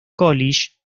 college